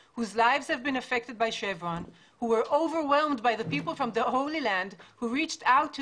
להלן תרגומם): הישיבה היום מתקיימת בעקבות מאמץ ייחודי